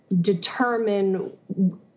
determine